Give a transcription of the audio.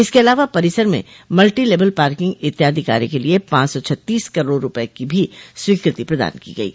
इसके अलावा परिसर में मल्टी लेबल पार्किंग इत्यादि कार्य के लिए पांच सौ छत्तीस करोड़ रूपये की भी स्वीकृति प्रदान की गयी